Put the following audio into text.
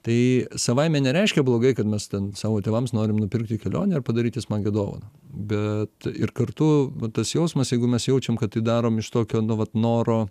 tai savaime nereiškia blogai kad mes ten savo tėvams norim nupirkti kelionę ar padaryti smagią dovaną bet ir kartu va tas jausmas jeigu mes jaučiam kad tai darom iš tokio nu vat noro